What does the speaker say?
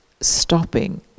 stopping